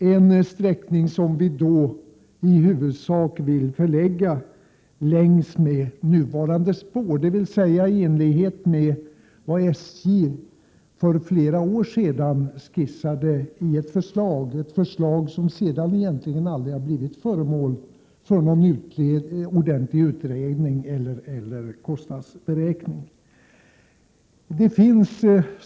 Vi i vpk vill att denna sträckning i huvudsak skall förläggas längs med nuvarande spår, dvs. i enlighet med vad SJ för flera år sedan skissade i ett förslag — ett förslag som sedan egentligen aldrig har blivit föremål för någon ordentlig utredning eller kostnadsberäkning.